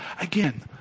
Again